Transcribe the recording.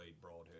broadhead